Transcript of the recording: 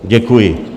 Děkuji.